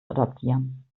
adoptieren